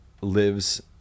lives